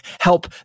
help